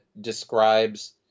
describes